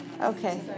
Okay